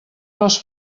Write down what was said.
les